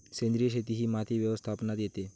सेंद्रिय शेती ही माती व्यवस्थापनात येते